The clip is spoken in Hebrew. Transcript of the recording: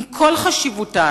עם כל חשיבותן,